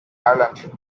ireland